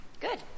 Good